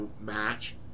match